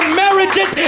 marriages